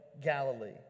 Galilee